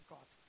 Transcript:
God